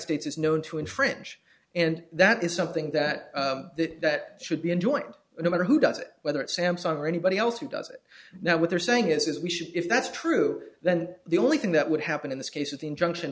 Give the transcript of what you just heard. states is known to infringe and that is something that that should be enjoined no matter who does it whether it's samsung or anybody else who does it now what they're saying is we should if that's true then the only thing that would happen in this case is the injunction